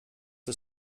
der